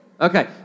Okay